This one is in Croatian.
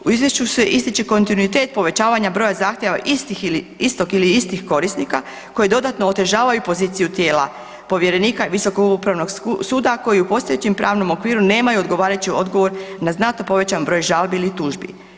U izvješću se ističe kontinuitet povećavanja broja zahtjeva istog ili istih korisnika koji dodatno otežavaju poziciju tijela povjerenika Visokog upravnog suda koji u postojećem pravnom okviru nemaju odgovarajući odgovor na znatno povećan broj žalbi ili tužbi.